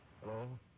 Hello